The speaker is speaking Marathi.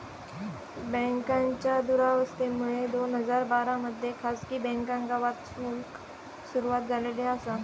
बँकांच्या दुरावस्थेमुळे दोन हजार बारा मध्ये खासगी बँकांका वाचवूक सुरवात झालेली आसा